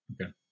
Okay